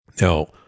now